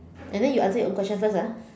and then you answer your own question first ah